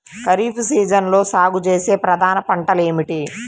ఖరీఫ్ సీజన్లో సాగుచేసే ప్రధాన పంటలు ఏమిటీ?